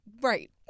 Right